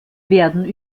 werden